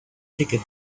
ticket